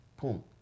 Boom